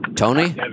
Tony